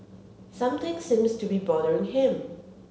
something seems to be bothering him